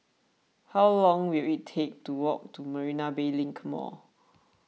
how long will it take to walk to Marina Bay Link Mall